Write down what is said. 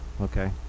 okay